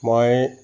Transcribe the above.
মই